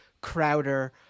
Crowder